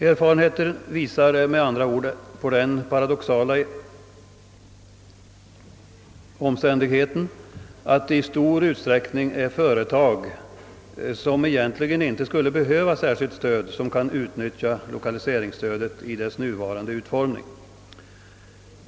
Erfarenheten visar med andra ord på det paradoxala att det i stor utsträckning är företag som egentligen inte skulle behöva särskilt stöd, som kan utnyttja lokaliseringsstödet i dess nuvarande utformning.